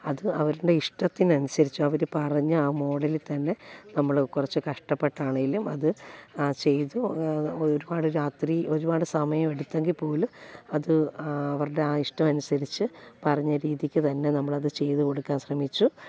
അത് അവരുടെ ഇഷ്ടത്തിനനുസരിച്ച് അവർ പറഞ്ഞ ആ മോഡലിൽത്തന്നെ നമ്മൾ കുറച്ചു കഷ്ടപ്പെട്ടാണെങ്കിലും അത് ചെയ്തു ഒരുപാട് രാത്രി ഒരുപാട് സമയമെടുത്തെങ്കിൽ പോലും അത് അവരുടെ ആ ഇഷ്ടം അനുസരിച്ച് പറഞ്ഞ രീതിക്കു തന്നെ നമ്മളത് ചെയ്തു കൊടുക്കാൻ ശ്രമിച്ചു